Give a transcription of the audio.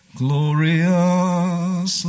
glorious